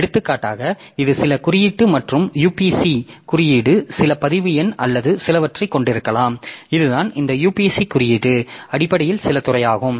எடுத்துக்காட்டாக இது சில குறியீடு மற்றும் யுபிசி குறியீடு சில பதிவு எண் அல்லது சிலவற்றைக் கொண்டிருக்கலாம் இதுதான் இந்த யுபிசி குறியீடு அடிப்படையில் சில துறையாகும்